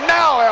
now